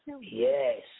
Yes